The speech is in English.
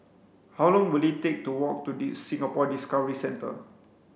how long will it take to walk to the Singapore Discovery Centre